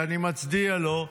שאני מצדיע לו,